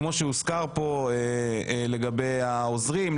כמו שהוזכר פה לגבי העוזרים,